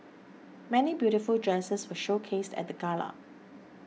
many beautiful dresses were showcased at the gala